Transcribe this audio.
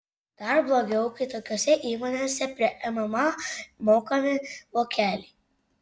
dar blogiau kai tokiose įmonėse prie mma mokami vokeliai